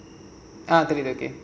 okay okay